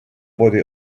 body